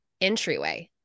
entryway